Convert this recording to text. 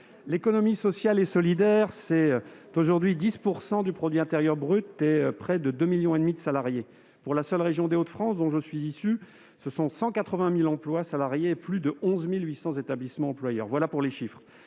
L'économie sociale et solidaire (ESS), c'est aujourd'hui 10 % de notre PIB et 2,4 millions de salariés. Pour la seule région des Hauts-de-France, dont je suis issu, cela représente 180 000 emplois salariés et plus de 11 800 établissements employeurs. Toutes ces